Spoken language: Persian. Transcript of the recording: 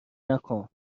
نکن